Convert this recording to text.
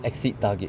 exceed target